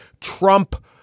Trump